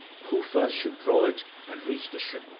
who first should draw it and reach the ship.